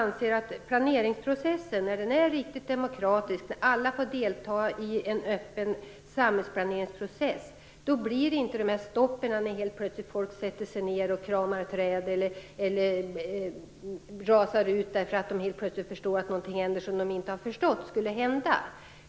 När planeringsprocessen är riktigt demokratisk och alla får delta i en öppen samhällsplaneringsprocess, blir det inte några stopp när folk helt plötsligt sätter sig ned och kramar träd och blir rasande därför att något händer som de inte förstått skulle hända.